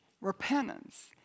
repentance